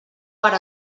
per